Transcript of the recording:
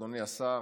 אדוני השר,